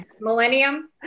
millennium